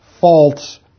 faults